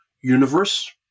universe